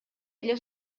эле